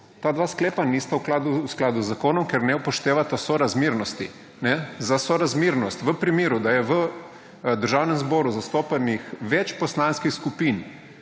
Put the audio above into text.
Ta dva sklepa nista v skladu z zakonom, ker ne upoštevata sorazmernosti. Za sorazmernost, v primeru, da je v Državnem zboru zastopanih več poslanskih skupin,